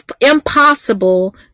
impossible